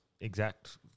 exact